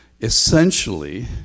essentially